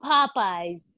Popeye's